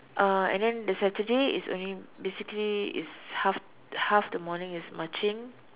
uh and then the Saturday it's only basically it's half half the morning is marching